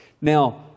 Now